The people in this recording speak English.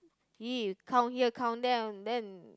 E count here count there and then